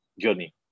journey